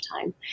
time